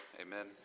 amen